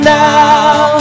now